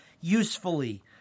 usefully